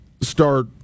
start